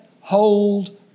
hold